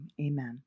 amen